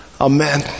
Amen